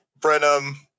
Brenham